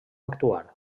actuar